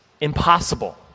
impossible